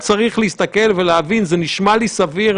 זאת הנקודה החשובה ביותר שניתנה פה.